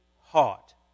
heart